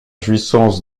jouissance